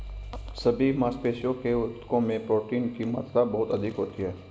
सभी मांसपेशियों के ऊतकों में प्रोटीन की मात्रा बहुत अधिक होती है